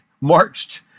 marched